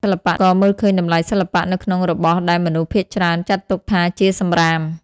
សិល្បករមើលឃើញតម្លៃសិល្បៈនៅក្នុងរបស់ដែលមនុស្សភាគច្រើនចាត់ទុកថាជាសម្រាម។